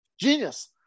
Genius